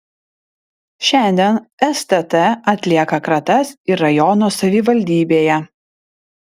šiandien stt atlieka kratas ir rajono savivaldybėje